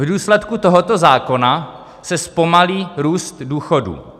V důsledku tohoto zákona se zpomalí růst důchodů.